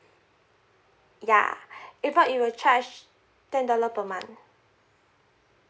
yeah if not it will charge ten dollar per month